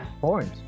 point